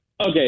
Okay